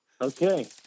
okay